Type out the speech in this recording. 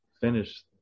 finish